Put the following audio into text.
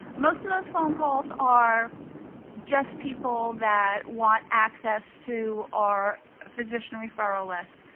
most of those phone calls are just people that want access to our physician referral list.